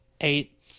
eight